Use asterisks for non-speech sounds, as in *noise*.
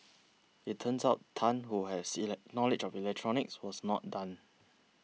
it turns out Tan who has *unintelligible* knowledge of electronics was not done